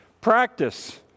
Practice